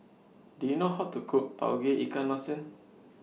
Do YOU know How to Cook Tauge Ikan Masin